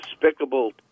despicable